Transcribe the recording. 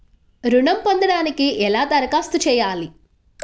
ఋణం పొందటానికి ఎలా దరఖాస్తు చేయాలి?